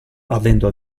avendo